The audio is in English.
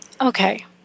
Okay